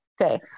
Okay